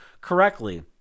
correctly